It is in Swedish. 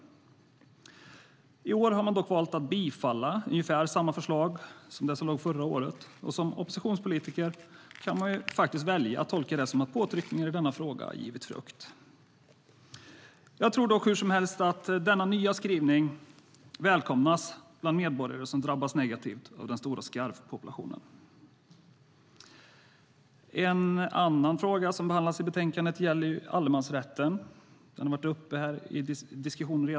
I år har man dock valt att bifalla ungefär samma förslag som det som förelåg förra året, och som oppositionspolitiker kan man faktiskt välja att tolka det som att påtryckningar i denna fråga givit frukt. Jag tror hur som helst att denna nya skrivning välkomnas bland medborgare som drabbats negativt av den stora skarvpopulationen. En annan fråga som behandlas i betänkandet gäller allemansrätten; den har redan varit uppe till diskussion.